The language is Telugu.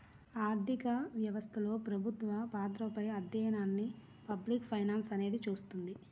ఆర్థిక వ్యవస్థలో ప్రభుత్వ పాత్రపై అధ్యయనాన్ని పబ్లిక్ ఫైనాన్స్ అనేది చూస్తుంది